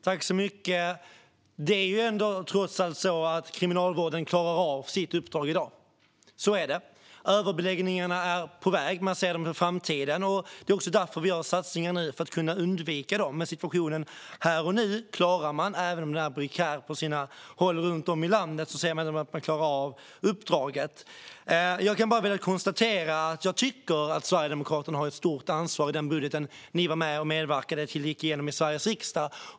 Fru talman! Det är trots allt så att Kriminalvården klarar sitt uppdrag i dag - så är det. Överbeläggningarna är på väg, och det är därför som vi nu gör satsningar för att undvika dem. Men situationen här och nu klarar man. Även om den är prekär på sina håll runt om i landet ser vi att man klarar av uppdraget. Jag kan bara konstatera att jag tycker att Sverigedemokraterna har ett stort ansvar för den budget som ni medverkade till att få igenom i Sveriges riksdag.